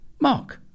Mark